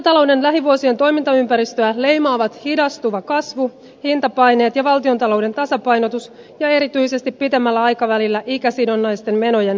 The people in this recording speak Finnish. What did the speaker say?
kuntatalouden lähivuosien toimintaympäristöä leimaavat hidastuva kasvu hintapaineet ja valtiontalouden tasapainotus ja erityisesti pitemmällä aikavälillä ikäsidonnaisten menojen huomattava kasvu